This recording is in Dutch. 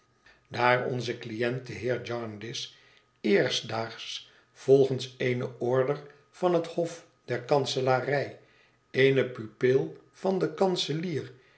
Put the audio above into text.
daar onze cliënt de heer jarndyce eerstdaags volgens eene order van het hof der kanselarij eene pupil van den kanselier